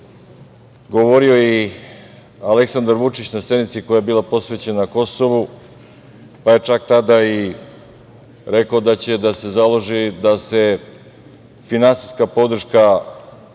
govorio i Aleksandar Vučić na sednici koja je bila posvećena Kosovu, pa je čak tada rekao da će da se založi da se finansijska podrška